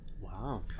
Wow